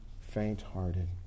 faint-hearted